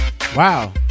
Wow